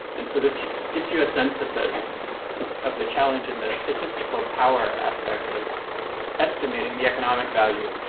and so, this just gives you a sense of the of the challenge in the statistical power aspect of estimating the economic value